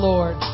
Lord